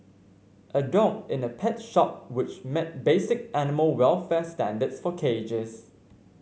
a dog in a pet shop which met basic animal welfare standards for cages